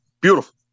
beautiful